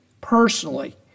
personally